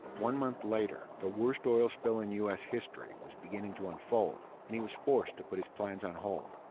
one month later, the worst oil spill in u s. history was beginning to unfold and he was forced to put his plans on hold.